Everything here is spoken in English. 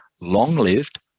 long-lived